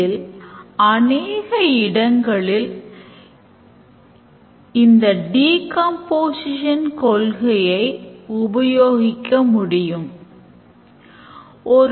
Embedded controllers மாதிரியான சில system களில் நாம் controllerன் state machine specification ஐ வைத்து events ஐ எளிதாக அடையாளம் காணலாம் மற்றும் actors யார் event generate செய்வது யார் மற்றும் இவற்றின் தொடர்புடைய use case என்ன என்பதயும் கண்டறியலாம்